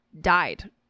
died